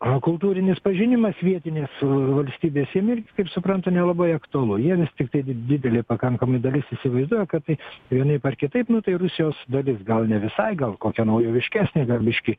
o kultūrinis pažinimas vietinės valstybės jiem irgi kaip suprantu nelabai aktualu jiemis tiktai did didelė pakankamai dalis įsivaizduoja kad tai vienaip ar kitaip nu tai rusijos dalis gal ne visai gal kokia naujoviškesnė gal biški